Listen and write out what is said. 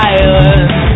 Island